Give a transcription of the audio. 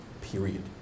period